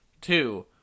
two